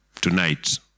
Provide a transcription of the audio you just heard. tonight